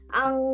ang